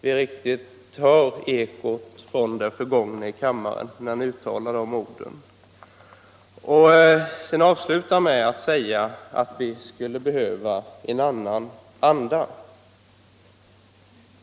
Vi riktigt hör ekot från det förgångna i kammaren när han uttalar de orden. Sedan tillägger han att vi skulle behöva en annan anda.